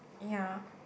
ya